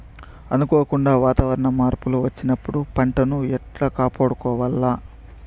అనుకోకుండా వాతావరణ మార్పులు వచ్చినప్పుడు పంటను ఎట్లా కాపాడుకోవాల్ల?